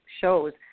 shows